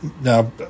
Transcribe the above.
now